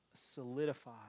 solidify